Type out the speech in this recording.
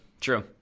true